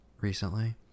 recently